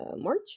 March